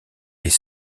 est